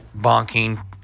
bonking